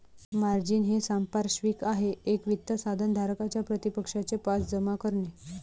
margin हे सांपार्श्विक आहे एक वित्त साधन धारकाच्या प्रतिपक्षाचे पास जमा करणे